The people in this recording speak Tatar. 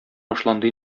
башланды